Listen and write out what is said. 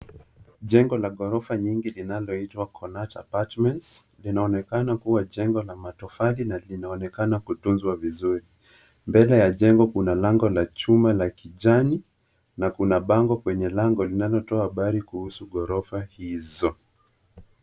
Jengo la gorofa nyingi linaloitwa Connaught Apartments. Linaonekana kuwa jengo la matofali na linaonekana kutuzwa vizuri. Mbele ya jengo kuna lango la chuma la kijani na kuna bango kwenye lango linalotoa habri kuhusu gorofa hizo.